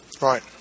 Right